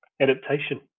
adaptation